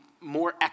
more